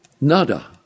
Nada